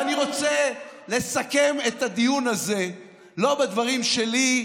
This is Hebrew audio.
ואני רוצה לסכם את הדיון הזה לא בדברים שלי,